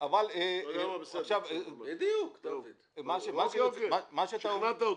אמרתי אוקי, שכנעת אותי.